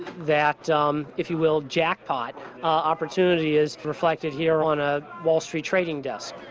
that um if you will jackpot opportunity is reflected here on a wall street trading desk.